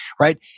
right